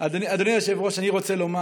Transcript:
אני שמח שיש לך